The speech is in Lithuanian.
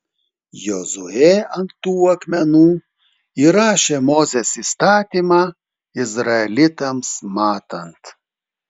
jozuė ant tų akmenų įrašė mozės įstatymą izraelitams matant